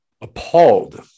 Appalled